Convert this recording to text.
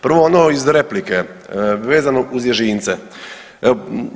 Prvo ono iz replike vezano uz ježince.